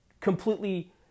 completely